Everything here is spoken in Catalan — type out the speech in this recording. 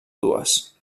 dues